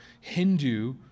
Hindu